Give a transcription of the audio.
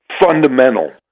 fundamental